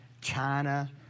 China